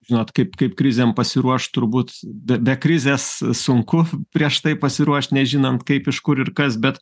žinot kaip kaip krizėm pasiruošt turbūt be be krizės sunku prieš tai pasiruošt nežinant kaip iš kur ir kas bet